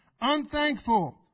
unthankful